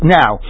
now